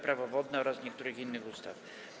Prawo wodne oraz niektórych innych ustaw.